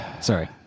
Sorry